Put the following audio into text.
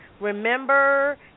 Remember